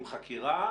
עם חקירה